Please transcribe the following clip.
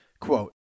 Quote